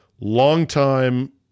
longtime